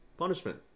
punishment